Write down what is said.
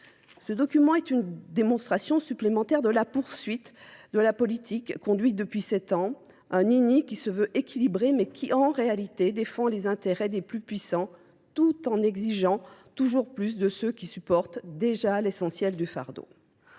Ce document est une démonstration supplémentaire de la poursuite de la politique conduite depuis sept ans. Un INI qui se veut équilibrer mais qui, en réalité, défend les intérêts des plus puissants tout en exigeant toujours plus de ceux qui supportent déjà l'essentiel du fardeau.